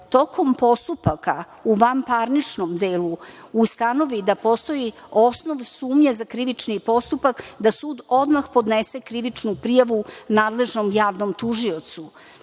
tokom postupaka u vanparničnom delu ustanovi da postoji osnov sumnje za krivični postupak da sud odmah podnese krivičnu prijavu nadležnom javnom tužiocu. Prema